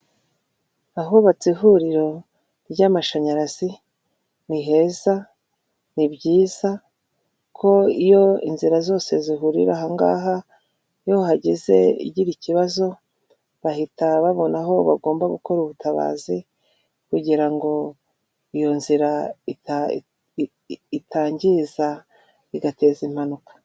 Ahubatse ihuriro ry'amashanyarazi ni heza, ni byiza ko iyo inzira zose zihurira ahangaha iyo hagize igira ikibazo bahita babona aho bagomba gukora ubutabazi kugira ngo iyo nzira itangiza igateza impanuka.